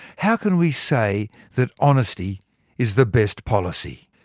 how can we say that honesty is the best policy?